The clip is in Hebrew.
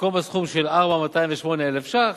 במקום הסכום של 4 מיליון ו-208,000 ש"ח,